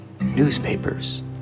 newspapers